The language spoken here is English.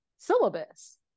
syllabus